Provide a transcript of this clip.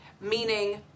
meaning